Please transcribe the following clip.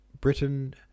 Britain